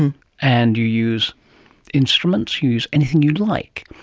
and and you use instruments, you use anything you like,